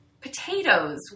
potatoes